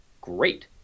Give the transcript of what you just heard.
great